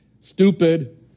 stupid